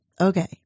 Okay